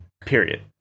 period